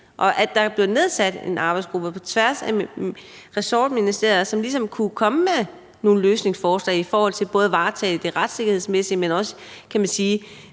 at der blev nedsat en arbejdsgruppe på tværs af ressortministerierne, som ligesom kunne komme med nogle løsningsforslag i forhold til at varetage det retssikkerhedsmæssige, kan man sige,